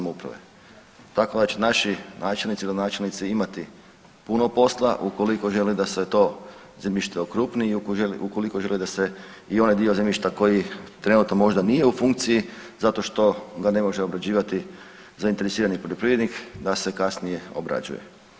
Tako da će naši načelnici i gradonačelnici imati puno posla ukoliko žele da se to zemljište okrupni i ukoliko žele da se i onaj dio zemljišta koji trenutno možda nije u funkciji zato što ga ne može obrađivati zainteresirani poljoprivrednik da se kasnije obrađuje.